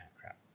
crap